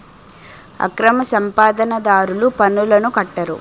అక్రమ సంపాదన దారులు పన్నులను కట్టరు